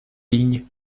lignes